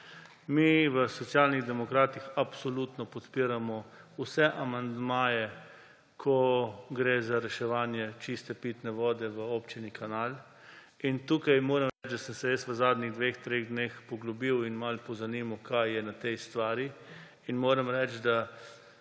Mi, Socialni demokrati, absolutno podpiramo vse amandmaje, ko gre za reševanje čiste pitne vode v občini Kanal. In tukaj moram reči, da sem se v zadnjih dveh, treh dneh poglobil in malo pozanimal, kaj je na tej stvari. Moram reči, da